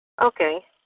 Okay